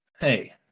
hey